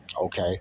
okay